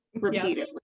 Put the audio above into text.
repeatedly